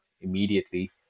immediately